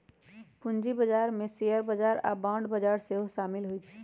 पूजी बजार में शेयर बजार आऽ बांड बजार सेहो सामिल होइ छै